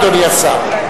אדוני השר.